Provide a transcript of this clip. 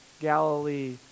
Galilee